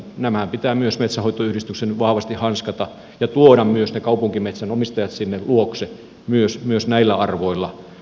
nämä pitää myös metsänhoitoyhdistysten vahvasti hanskata ja tuoda myös ne kaupunkimetsänomistajat sinne luokse myös näillä arvoilla